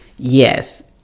Yes